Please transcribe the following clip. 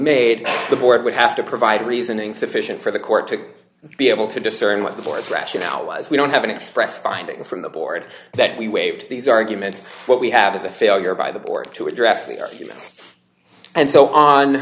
made the board would have to provide reasoning sufficient for the court to be able to discern what the court's rationale was we don't have an express finding from the board that we waived these arguments what we have is a failure by the board to address